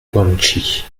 guangxi